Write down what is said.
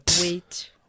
Wait